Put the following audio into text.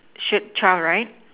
shirt right